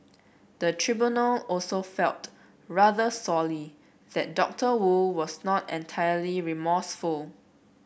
the tribunal also felt rather sorely that Doctor Wu was not entirely remorseful